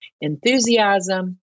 enthusiasm